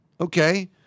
Okay